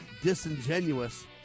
disingenuous